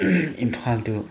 Imphal two